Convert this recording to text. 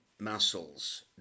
muscles